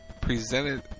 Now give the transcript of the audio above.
presented